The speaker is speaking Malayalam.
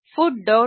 ഒരു ഫുഡ്